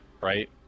right